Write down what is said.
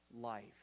life